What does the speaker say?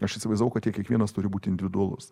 aš įsivaizdavau kad jie kiekvienas turi būti individualus